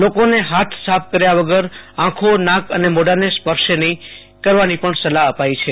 લોકોને હાથ સાફ કર્યા વગર આંખોનાક અને મોંઢાને સ્પર્શ નહીં કરવાની પણ સલાહ અપાઈ છે